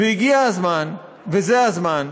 והגיע הזמן, וזה הזמן,